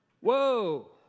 whoa